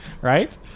right